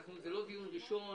זה לא דיון ראשון.